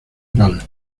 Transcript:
nepal